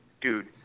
dude